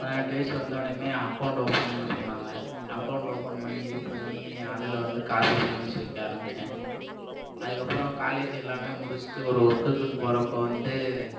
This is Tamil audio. பதினெட்டு வயசு வந்தோன்ன அக்கோண்ட்டு ஓப்பன் பண்ண சொன்னாங்க அக்கோண்ட்டு ஓப்பன் பண்ணி இது பண்ணி அதில் வந்து காசை சேமித்து வைக்க ஆரம்பிச்சேன் அதுக்கப்பறம் காலேஜ் எல்லாம் முடிச்சுட்டு ஒரு ஒர்க்குன்னு போகிறப்போ வந்து